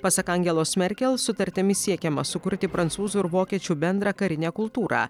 pasak angelos merkel sutartimi siekiama sukurti prancūzų ir vokiečių bendrą karinę kultūrą